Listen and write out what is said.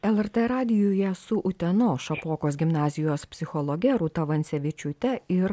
lrt radijuje su utenos šapokos gimnazijos psichologe rūta vancevičiūte ir